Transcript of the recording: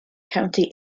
county